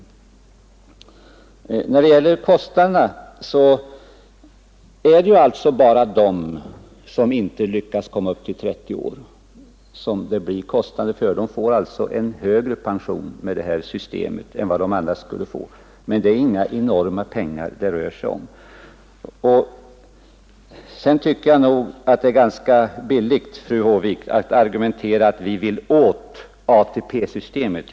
läggspension för När det gäller kostnaderna är det alltså bara de kvinnor som inte hemarbetande make m.m. lyckas komma upp till 30 pensionsgrundande år som det blir kostnader för. De får en högre pension med det här systemet än de annars skulle få, men det är inga enorma pengar det rör sig om. Sedan tycker jag nog att det är ganska billigt, fru Håvik, att argumentera på så sätt att vi vill åt ATP-systemet.